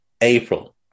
April